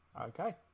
Okay